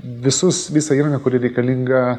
visus visą įrangą kuri reikalinga